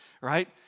right